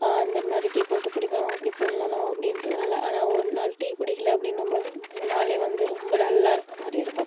அந்த மாதிரி டீ போட்டு குடிக்கணும் அப்படி பண்ணணும் அப்படின்றதுனால ஆனால் ஒரு நாள் டீ குடிக்கலை அப்படின்னும் போது அந்த நாளே வந்து ரொம்ப டல்லாக இருக்கற மாதிரி இருக்கும்